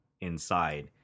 inside